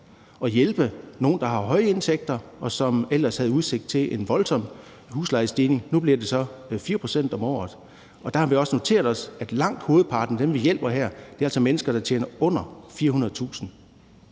at hjælpe nogle, der har en høj indtægt, og som ellers ville have udsigt til en voldsom huslejestigning. Nu bliver den så på 4 pct. om året. Vi har også noteret os, at langt hovedparten af dem, vi her hjælper, er mennesker, der tjener under 400.000